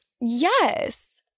Yes